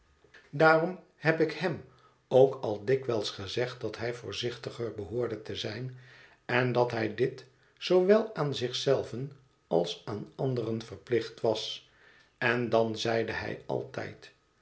daarom heb ik hem ook al dikwijls gezegd dat hij voorzichtiger behoorde te zijn en dat hij dit zoowel aan zich zelven als aan anderen verplicht was en dan zeide hij altijd